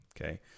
Okay